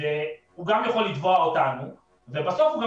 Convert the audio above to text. והוא גם יכול לתבוע אותנו ובסוף הוא גם